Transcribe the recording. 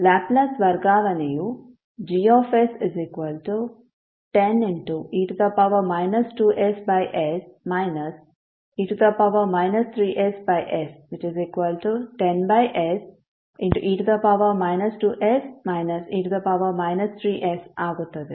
Laplace ವರ್ಗಾವಣೆಯು Gs10e 2ss e 3ss10se 2s e 3s ಆಗುತ್ತದೆ